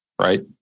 Right